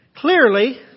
Clearly